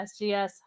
SGS